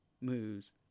moves